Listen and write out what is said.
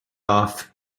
off